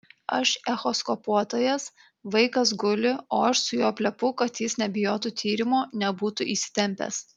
aš echoskopuotojas vaikas guli o aš su juo plepu kad jis nebijotų tyrimo nebūtų įsitempęs